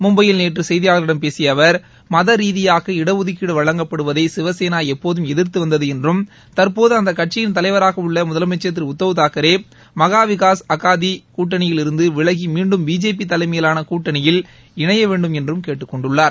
மும்பையில் நேற்று செய்தியாளர்களிடம் பேசிய அவர் மதரீதியாக இடஒதுக்கீடு வழங்கப்படுவதை சிவசேனா எப்போதும் எதிர்த்து வந்தது என்றும் தற்போது அந்த கட்சியிள் தலைவராக உள்ள முதலனமச்சர் திரு உத்தவ் தாக்கரே மகா விகாஸ் அகாடி கூட்டணியில் இருந்து விலகி மீண்டும் பிஜேபி தலைமையிலான கூட்டணியில் இணைய வேண்டும் என்று கேட்டுக் கொண்டுள்ளார்